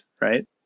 right